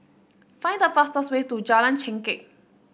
find the fastest way to Jalan Chengkek